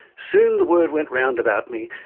soon, the word went round about me,